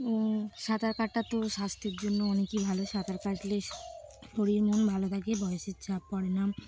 ও সাঁতার কাটাটা তো স্বাস্থ্যের জন্য অনেকই ভালো সাঁতার কাটলে শরীর মন ভালো থাকে বয়সের চাপ পড়ে না